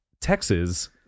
Texas